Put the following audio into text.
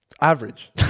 Average